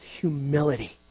humility